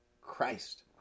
Christ